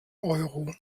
euro